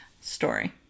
story